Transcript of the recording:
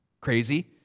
crazy